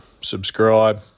subscribe